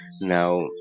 now